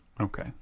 Okay